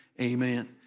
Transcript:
amen